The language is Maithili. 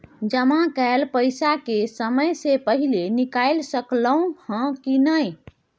जमा कैल पैसा के समय से पहिले निकाल सकलौं ह की नय?